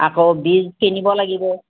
আকৌ বীজ কিনিব লাগিব